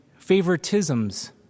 Favoritisms